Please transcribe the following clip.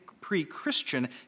pre-Christian